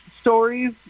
stories